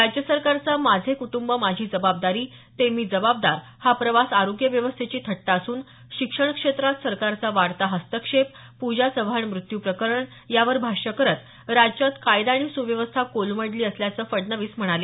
राज्य सरकारचा माझे कुटंब माझी जबाबदारी ते मी जबाबदार हा प्रवास आरोग्य व्यवस्थेची थट्टा असून शिक्षणक्षेत्रात सरकारचा वाढता हस्तक्षेप पूजा चव्हाण मृत्यूप्रकरण यावर भाष्य करत राज्यात कायदा आणि सुव्यवस्था कोलमडली असल्याचं फडणवीस म्हणाले